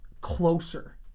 closer